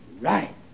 Right